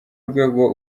rwego